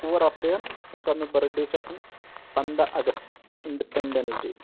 ژور اَپریل ییٚمہِ ساتہٕ مےٚ بٔرتھ ڈے چھُ آسان پندہ اَگست اِنڈِپینڈنس ڈے